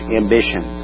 ambition